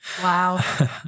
Wow